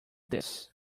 this